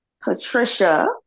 Patricia